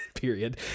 period